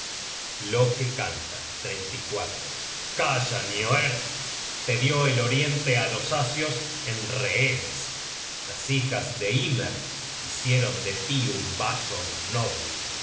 loke canta calla nioerd te dió el oriente á los asios en rehenes las hijas de hymer hicieron de tí un vaso innoble